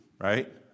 Right